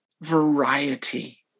variety